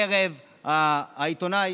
הערב העיתונאי